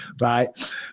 right